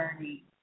journey